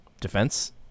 defense